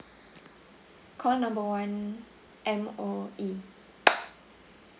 call number one M_O_E